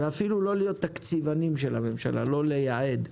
ואפילו לא להיות תקציבנים של הממשלה, לא לייעד.